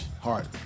Heart